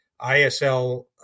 ISL